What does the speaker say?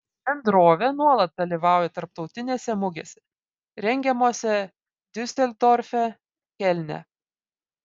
bendrovė nuolat dalyvauja tarptautinėse mugėse rengiamose diuseldorfe kelne